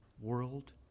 world